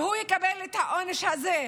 והוא יקבל את העונש הזה,